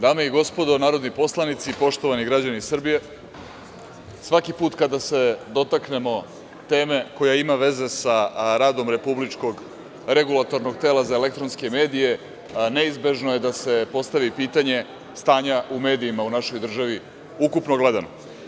Dame i gospodo narodni poslanici, poštovani građani Srbije, svaki put kada se dotaknemo teme koja ima veze sa radom Republičkog regulatornog tela za elektronske medije neizbežno je da se postavi pitanje stanja u medijima u našoj državi, ukupno gledano.